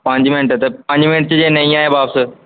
ਪੰਜ ਮਿੰਟ ਅਤੇ ਪੰਜ ਮਿੰਟ 'ਚ ਜੇ ਨਹੀਂ ਆਏ ਵਾਪਸ